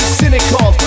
cynical